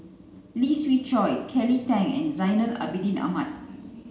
Lee Siew Choh Kelly Tang and Zainal Abidin Ahmad